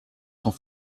sont